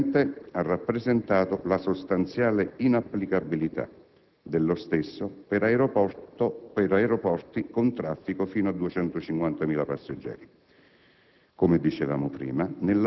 AC/1999, l'Ente ha rappresentato la sostanziale inapplicabilità dello stesso per aeroporti con traffico fino a 250.000 passeggeri,